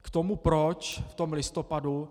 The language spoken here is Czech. K tomu proč v tom listopadu.